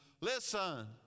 listen